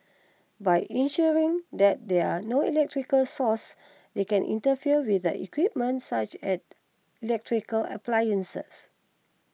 by ensuring that there are no electrical sources that can interfere with the equipment such as electrical appliances